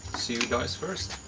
see you guys first